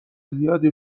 زیادی